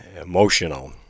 emotional